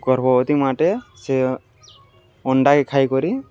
ଗର୍ଭବତୀ ମା'ଟେ ସେ ଅଣ୍ଡାକେ ଖାଇକରି